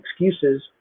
excuses